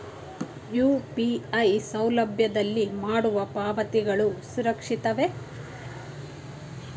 UPI ಸೌಲಭ್ಯದಲ್ಲಿ ಮಾಡುವ ಪಾವತಿಗಳು ಸುರಕ್ಷಿತವೇ?